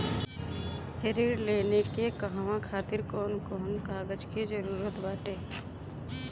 ऋण लेने के कहवा खातिर कौन कोन कागज के जररूत बाटे?